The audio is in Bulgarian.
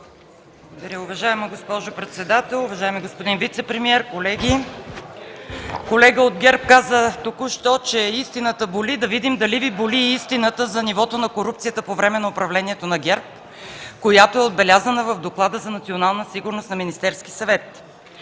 (КБ): Уважаема госпожо председател, уважаеми господин вицепремиер, колеги! Колега от ГЕРБ току-що каза, че истината боли. Да видим дали Ви боли истината за нивото на корупцията по време на управлението на ГЕРБ, която е отбелязана в Доклада за национална сигурност на Министерския съвет,